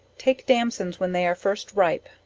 take damsons when they are first ripe,